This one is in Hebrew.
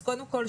שוב,